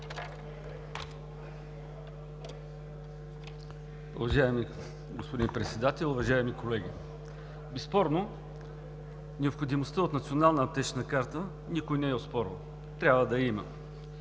Уважаеми господин Председател, уважаеми колеги! Безспорно необходимостта от Национална аптечна карта никой не я оспорва, трябва да я има.